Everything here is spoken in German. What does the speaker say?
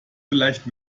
vielleicht